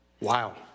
wow